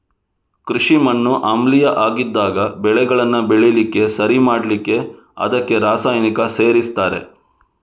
ಕೃಷಿ ಮಣ್ಣು ಆಮ್ಲೀಯ ಆಗಿದ್ದಾಗ ಬೆಳೆಗಳನ್ನ ಬೆಳೀಲಿಕ್ಕೆ ಸರಿ ಮಾಡ್ಲಿಕ್ಕೆ ಅದಕ್ಕೆ ರಾಸಾಯನಿಕ ಸೇರಿಸ್ತಾರೆ